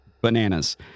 Bananas